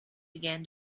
began